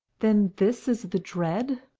then this is the dread!